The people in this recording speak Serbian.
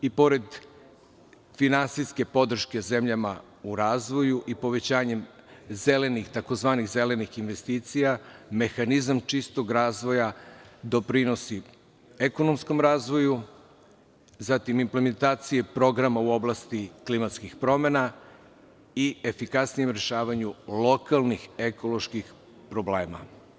I pored finansijske podrške zemljama u razvoju i povećanjem tzv. zelenih investicija, mehanizam čistog razvoja doprinosi ekonomskom razvoju, zatim implementaciji programa u oblasti klimatskih promena i efikasnijem rešavanju lokalnih ekoloških problema.